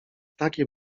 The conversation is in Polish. takie